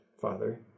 Father